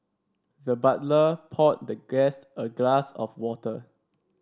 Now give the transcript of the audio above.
the butler poured the guest a glass of water